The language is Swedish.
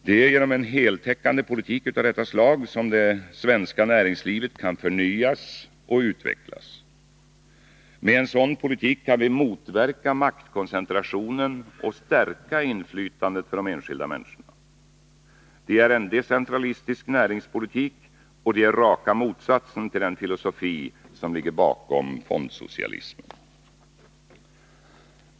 Det är genom en heltäckande politik av detta slag som det svenska näringslivet kan förnyas och utvecklas. Med en sådan politik kan vi motverka maktkoncentrationen och stärka inflytandet för de enskilda människorna. Det är en decentralistisk näringspolitik. Det är raka motsatsen till den filosofi som ligger bakom fondsocialismen.